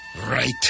Right